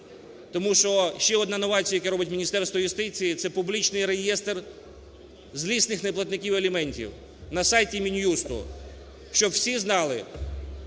Тому що ще одна новація, яку робить Міністерство юстиції, це публічний реєстр злісних неплатників аліментів на сайті Мін'юсту. Щоб усі знали,